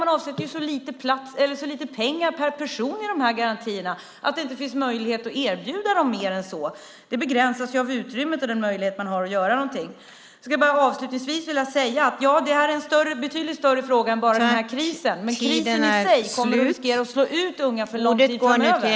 Man avsätter ju så lite pengar per person i de här garantierna att det inte finns möjlighet att erbjuda människor mer än så. Den möjlighet man har att göra någonting begränsas ju av utrymmet. Jag skulle avslutningsvis bara vilja säga att detta är en betydligt större fråga än den här krisen, men krisen i sig kommer att medföra risk för att unga slås ut för lång tid framöver.